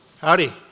Howdy